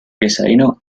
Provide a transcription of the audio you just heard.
cristalino